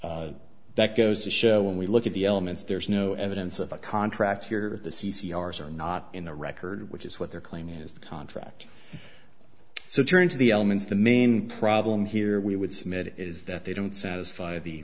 and that goes to show when we look at the elements there is no evidence of a contract here at the c c ours are not in the record which is what they're claiming is the contract so turning to the elements the main problem here we would submit is that they don't satisfy the